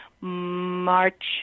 March